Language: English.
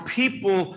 people